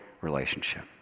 relationship